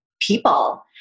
people